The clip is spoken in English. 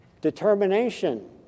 determination